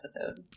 episode